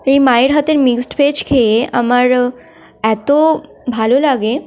ওই মায়ের হাতের মিক্সড ভেজ খেয়ে আমারও এত ভালো লাগে